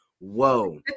Whoa